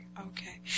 okay